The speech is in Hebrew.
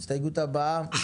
הסתייגות ראשונה.